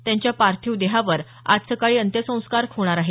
त्यांच्या पार्थिव देहावर आज सकाळी अंत्यसंस्कार होणार आहेत